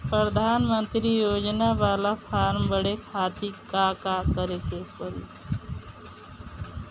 प्रधानमंत्री योजना बाला फर्म बड़े खाति का का करे के पड़ी?